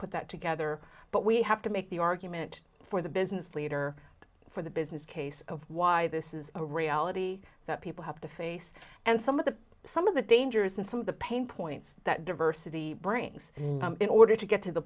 put that together but we have to the argument for the business leader for the business case of why this is a reality that people have to face and some of the some of the dangers and some of the pain points that diversity brings in order to get to the